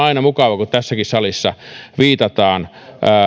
aina mukava tässäkin salissa viitataan